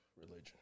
Religion